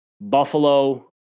Buffalo